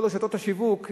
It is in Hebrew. כל רשתות השיווק,